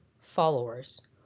followers